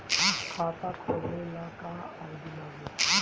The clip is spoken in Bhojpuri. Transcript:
खाता खोलाबे ला का का आइडी लागी?